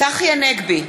צחי הנגבי,